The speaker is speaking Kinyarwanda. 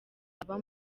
aba